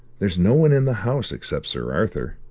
there's no one in the house, except sir arthur.